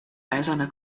eiserne